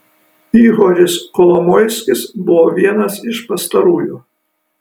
ihoris kolomoiskis buvo vienas iš pastarųjų